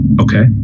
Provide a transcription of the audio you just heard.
Okay